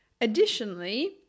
Additionally